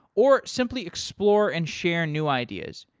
or simply explore and share new ideas.